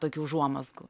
tokių užuomazgų